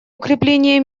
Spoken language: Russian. укрепление